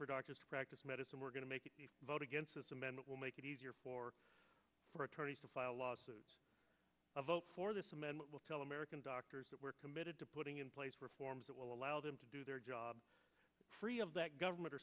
for doctors to practice medicine we're going to make you vote against this amendment will make it easier for for attorneys to file lawsuits a vote for this amendment will tell the american doctors that we're committed to putting in place reforms that will allow them to do their job free of that government or